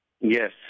Yes